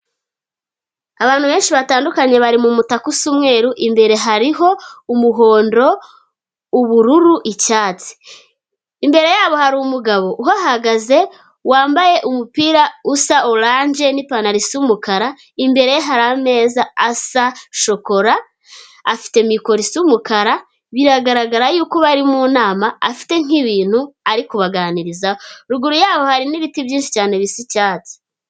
Abantu benshi batandukanye bari mu mutakaku usa umweru, imbere hariho umuhondo, ubururu, icyatsi. Imbere yabo hari umugabo uhahagaze wambaye umupira usa oranje ni'pantaro isa umukara, imbere hari ameza asa shokora, afite mikoroso isa umukara, biragaragara yuko bari mu nama afite nk'ibintu ari kubaganiriza, ruguru yabo hari n'ibiti byinshi cyane bisa icyatsi.